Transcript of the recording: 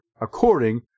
according